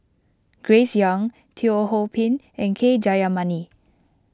Grace Young Teo Ho Pin and K Jayamani